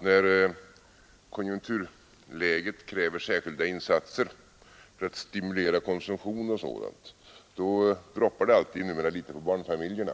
när konjunkturläget kräver särskilda insatser för att stimulera konsumtionen droppar det alltid numera litet på barnfamiljerna.